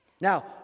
Now